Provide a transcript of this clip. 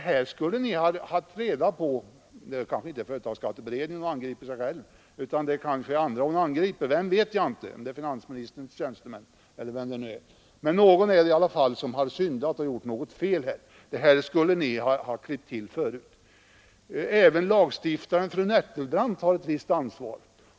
Här skulle ni ha klippt till förut, säger alltså fru Nettelbrandt. Ja, även lagstiftaren fru Nettelbrandt har ett visst ansvar.